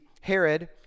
Herod